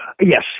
Yes